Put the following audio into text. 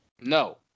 No